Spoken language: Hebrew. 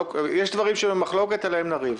יש דברים במחלוקת עליהם נריב.